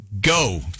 Go